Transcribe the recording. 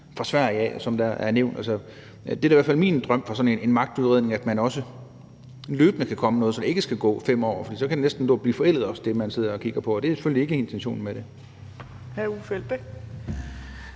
Sverige, som er blevet nævnt. Det er da i hvert fald min drøm for sådan en magtudredning, at man også løbende kan komme med noget, så der ikke skal gå 5 år. For så kan det, man sidder og kigger på, næsten også nå at blive forældet, og det er selvfølgelig ikke intentionen med det.